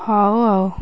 ହଉ ଆଉ